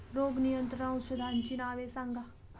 रोग नियंत्रण औषधांची नावे सांगा?